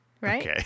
Right